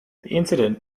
incident